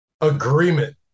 agreement